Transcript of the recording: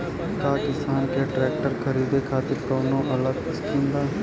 का किसान के ट्रैक्टर खरीदे खातिर कौनो अलग स्किम बा?